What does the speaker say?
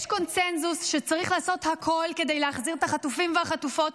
יש קונסנזוס שצריך לעשות הכול כדי להחזיר את החטופים והחטופות,